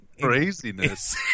craziness